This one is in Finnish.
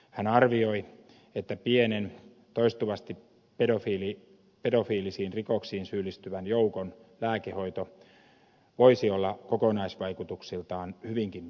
hän arvioi että pienen toistuvasti pedofiilisiin rikoksiin syyllistyvän joukon lääkehoito voisi olla kokonaisvaikutuksiltaan hyvinkin myönteinen